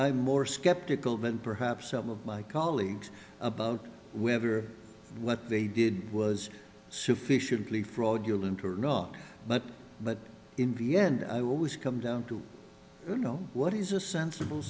am more skeptical than perhaps some of my colleagues about whether what they did was sufficiently fraudulent or wrong but but in v n always come down to know what is a sensible